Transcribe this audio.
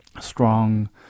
strong